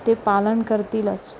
ते पालन करतीलच